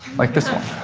like this one.